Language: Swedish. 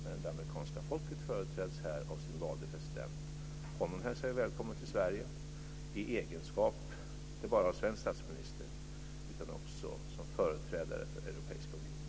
Men det amerikanska folket företräds här av sin valde president. Honom hälsar jag välkommen till Sverige inte bara i egenskap av svensk statsminister utan också som företrädare för Europeiska unionen.